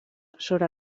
sobre